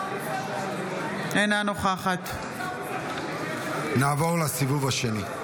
אינה נוכחת נעבור לסיבוב השני.